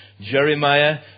Jeremiah